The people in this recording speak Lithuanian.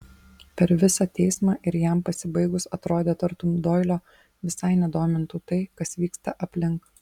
per visą teismą ir jam pasibaigus atrodė tartum doilio visai nedomintų tai kas vyksta aplink